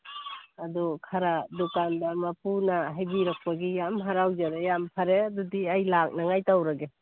ꯑꯗꯨ ꯈ꯭ꯔ ꯗꯨꯀꯥꯟꯗꯥꯔ ꯃꯄꯨꯅ ꯍꯥꯏꯕꯤꯔꯛꯄꯒꯤ ꯌꯥꯝ ꯍꯔꯥꯎꯖꯔꯦ ꯌꯥꯝ ꯐꯔꯦ ꯑꯗꯨꯗꯤ ꯑꯩ ꯂꯥꯛꯅꯉꯥꯏ ꯇꯧꯔꯒꯦ